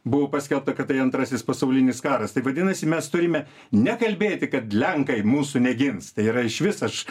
buvo paskelbta kad tai antrasis pasaulinis karas tai vadinasi mes turime nekalbėti kad lenkai mūsų negins tai yra išvis aš